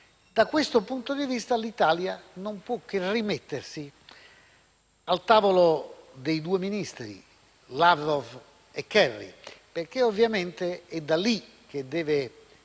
Da questo punto di vista, l'Italia non può che rimettersi al tavolo dei due ministri, Lavrov e Kerry, perché ovviamente è da lì che deve